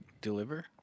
deliver